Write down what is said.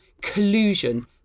collusion